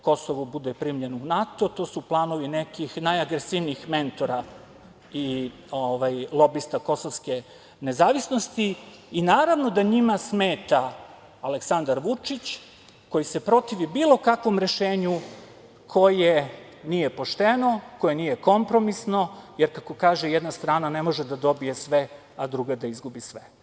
Kosovo bude primljeno u NATO, to su planovi nekih najagresivnijih mentora i lobista kosovske nezavisnosti i naravno da njima smeta Aleksandar Vučić koji se protivi bilo kakvom rešenju koje nije pošteno, koje nije kompromisno, jer kako kaže – jedna strana ne može da dobije sve, a druga da izgubi sve.